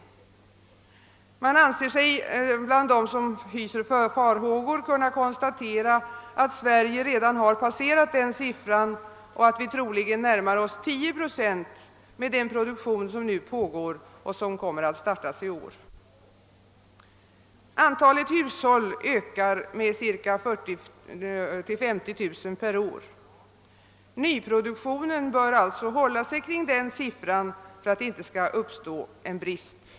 Man anser sig bland dem som hyser farhågor kunna konstatera att Sverige redan har passerat den siffran och att vi säkerligen närmar oss 10 procent, med den produktion som nu pågår och den som kommer att startas i år. Antalet hushåll ökar med ca 40 000— 50 000 per år. Nyproduktionen bör alltså hålla sig kring den siffran för att det inte skall uppstå brist.